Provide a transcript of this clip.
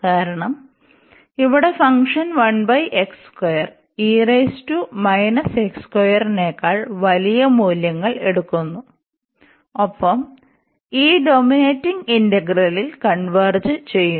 കാരണം ഇവിടെ ഫംഗ്ഷൻ നെകാൾ വലിയ മൂല്യങ്ങൾ എടുക്കുന്നു ഒപ്പം ഈ ഡോമിനേറ്റിങ് ഇന്റഗ്രലിൽ കൺവെർജ് ചെയ്യുന്നു